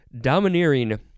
domineering